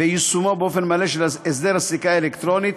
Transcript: ויישום מלא של הסדר הסליקה האלקטרונית,